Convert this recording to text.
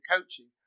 coaching